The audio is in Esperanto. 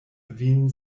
vin